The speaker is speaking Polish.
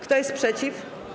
Kto jest przeciw?